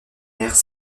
nerfs